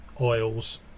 oils